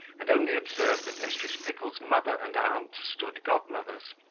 and only observe that mrs. pickle's mother and aunt stood godmothers,